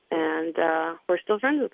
and we're still friends with